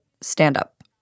stand-up